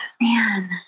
Man